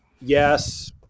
Yes